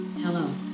Hello